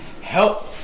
Help